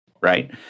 Right